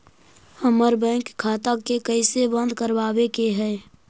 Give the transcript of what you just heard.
हमर बैंक खाता के कैसे बंद करबाबे के है?